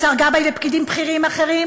השר גבאי ופקידים בכירים אחרים,